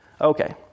Okay